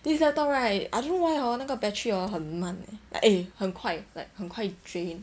this laptop right I don't know why hor 那个 battery hor 很慢 leh eh 很快 like 很快 drain